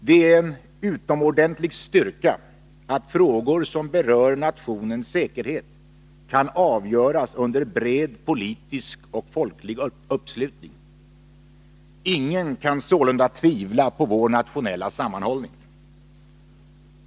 Det är en utomordentlig styrka att frågor som berör nationens säkerhet kan avgöras under bred politisk och folklig uppslutning. Ingen kan sålunda tvivla på vår nationella sammanhållning.